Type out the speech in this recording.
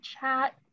chat